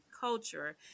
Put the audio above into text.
culture